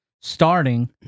starting